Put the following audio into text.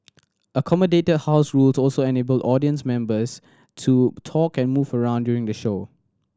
accommodated house rules also enabled audience members to talk and move around during the show